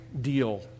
deal